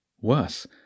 Worse